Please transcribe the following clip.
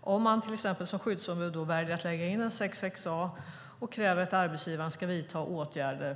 Om man till exempel som skyddsombud väljer att lägga in en 6:6a-anmälan och kräver att arbetsgivaren ska vidta åtgärder